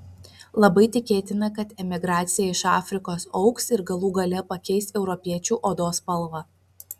labai tikėtina kad emigracija iš afrikos augs ir galų gale pakeis europiečių odos spalvą